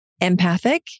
empathic